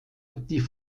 die